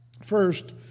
First